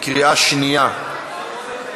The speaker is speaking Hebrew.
התשע"ו 2016,